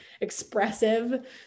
expressive